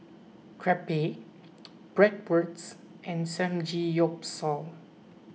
Crepe Bratwurst and Samgeyopsal